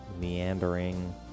meandering